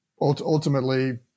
ultimately